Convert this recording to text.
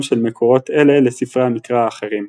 של מקורות אלה לספרי המקרא האחרים.